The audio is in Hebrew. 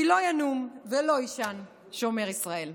כי לא ינום ולא יישן שומר ישראל.